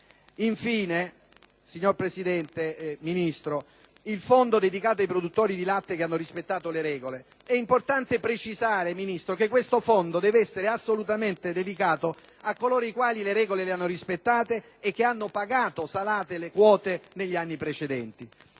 che il fondo dedicato ai produttori di latte che hanno rispettato le regole deve essere assolutamente dedicato a coloro i quali le regole le hanno rispettate e che hanno pagato, salate, le quote degli anni precedenti.